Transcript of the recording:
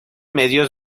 medios